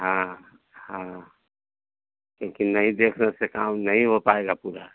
हाँ हाँ क्योंकि नहीं देखने से काम नहीं हो पाएगा पूरा